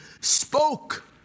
spoke